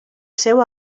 seu